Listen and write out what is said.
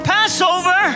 Passover